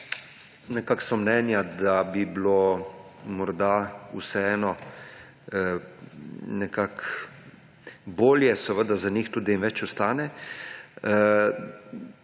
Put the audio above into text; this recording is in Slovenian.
Nekako so mnenja, da bi bilo morda vseeno bolje, seveda za njih tudi več ostane.